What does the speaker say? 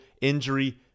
injury